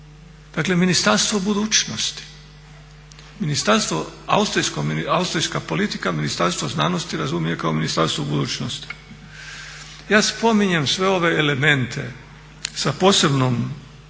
dakle Ministarstvo budućnosti. Ministarstvo, austrijska politika Ministarstvo znanosti razumije kao ministarstvo budućnosti. Ja spominjem sve ove elemente sa posebnim